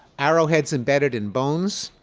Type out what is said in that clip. arrow heads embedded in bones,